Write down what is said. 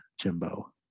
Jimbo